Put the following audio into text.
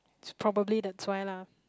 it's probably that's why lah